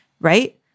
Right